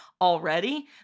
already